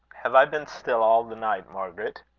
have i been still all the night, margaret?